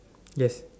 yes